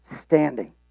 standing